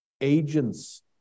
agents